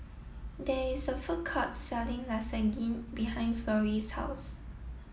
there is a food court selling Lasagne behind Florrie's house